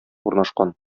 урнашкан